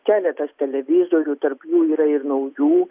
keletas televizorių tarp jų yra ir naujų